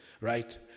right